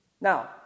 Now